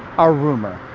a rumor.